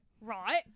Right